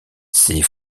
ces